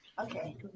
Okay